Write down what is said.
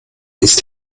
ist